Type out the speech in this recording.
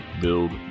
build